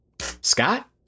Scott